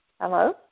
Hello